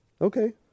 Okay